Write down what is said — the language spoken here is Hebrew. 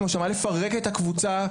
לפרק את הקבוצה,